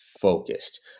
focused